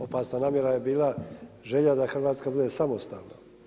Opasna namjera je bila želja da Hrvatska bude samostalna.